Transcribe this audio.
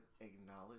acknowledge